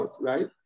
Right